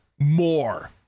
more